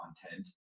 content